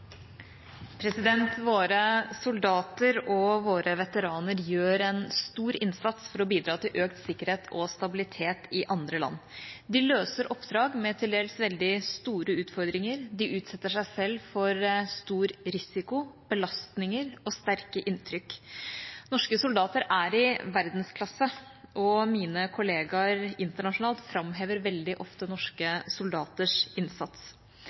kontrollkomiteen. Våre soldater og våre veteraner gjør en stor innsats for å bidra til økt sikkerhet og stabilitet i andre land. De løser oppdrag med til dels veldig store utfordringer. De utsetter seg selv for stor risiko, belastninger og sterke inntrykk. Norske soldater er i verdensklasse, og mine kollegaer internasjonalt framhever veldig ofte norske soldaters innsats.